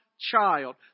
child